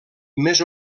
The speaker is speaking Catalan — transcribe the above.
més